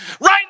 Right